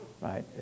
right